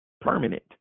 Permanent